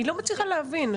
אני לא מצליחה להבין,